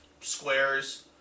squares